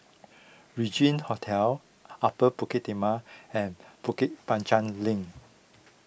Regin Hotel Upper Bukit Timah and Bukit Panjang Link